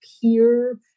peer